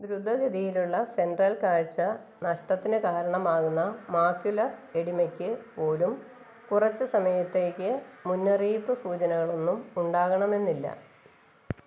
ദ്രുതഗതിയിലുള്ള സെൻട്രൽ കാഴ്ച്ച നഷ്ടത്തിന് കാരണമാകുന്ന മാക്യുലർ എഡിമയ്ക്ക് പോലും കുറച്ച് സമയത്തേക്ക് മുന്നറിയിപ്പ് സൂചനകളൊന്നും ഉണ്ടാകണമെന്നില്ല